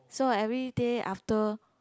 so everyday after